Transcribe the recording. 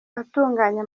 atunganya